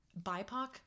BIPOC